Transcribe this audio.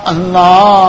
Allah